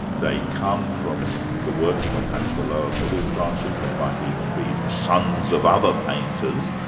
they come from the working, or perhaps the lower middle classes, they might even be the sons of other painters,